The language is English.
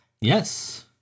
Yes